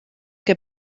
que